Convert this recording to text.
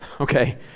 Okay